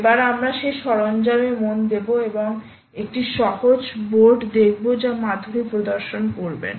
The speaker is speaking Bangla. এবার আমরা সেই সরঞ্জাম এ মন দেব এবং একটি সহজ বোর্ড দেখব যা মাধুরী প্রদর্শন করবেন